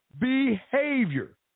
behavior